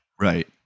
right